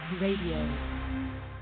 radio